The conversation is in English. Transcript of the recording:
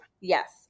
Yes